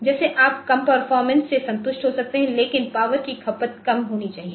जैसे आप कम परफॉरमेंस से संतुष्ट हो सकते हैं लेकिन पावर की खपत कम होनी चाहिए